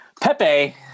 Pepe